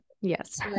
Yes